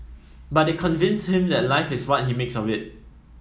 but they convinced him that life is what he makes of it